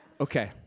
Okay